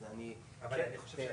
חשוב כל כך ואנחנו עובדים על זה.